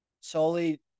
Solely